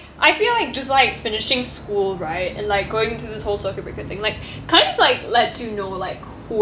I feel like just like finishing school right and like going to this whole circuit breaker thing like kind of like lets you know like who